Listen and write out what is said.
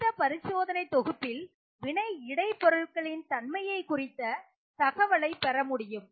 அடுத்த பரிசோதனை தொகுப்பில் வினை இடை பொருள் தன்மையை குறித்த தகவலை பெற முடியும்